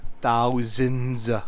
thousands